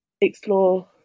explore